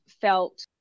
felt